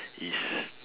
is